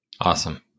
Awesome